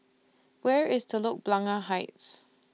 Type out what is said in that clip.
Where IS Telok Blangah Heights